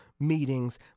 meetings